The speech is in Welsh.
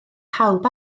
pawb